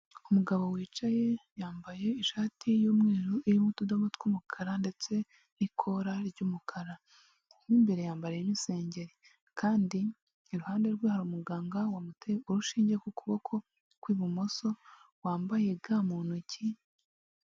umugabo wicaye yambaye ishati y'umweru irimo utudobo tw'umukara ndetse n'iko ry'umukara, mo imbere yambariyemo isengeri kandi iruhande rwe hari umuganga wamuteye urushinge ku kuboko kw'ibumoso kwambaye ga mu ntoki.